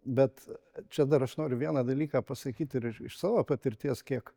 bet čia dar aš noriu vieną dalyką pasakyt ir iš savo patirties kiek